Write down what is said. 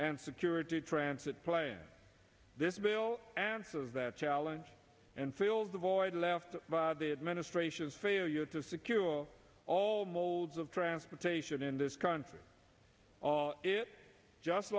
and security transit plan this bill answers that challenge and fill the void left by the administration's failure to secure all modes of transportation in this country is just